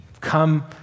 Come